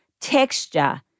texture